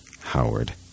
Howard